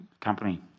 company